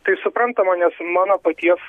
tai suprantama nes mano paties